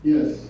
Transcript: Yes